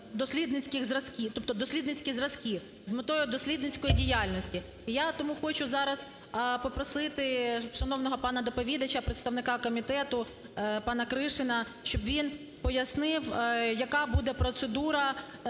дослідницькі зразки, з метою дослідницької діяльності. І я тому хочу зараз попросити шановного пана доповідача представника комітету пана Кришина, щоб він пояснив, яка буде процедура